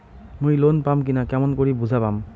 মুই লোন পাম কি না কেমন করি বুঝা পাম?